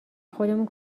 خودمون